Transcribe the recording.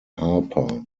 harper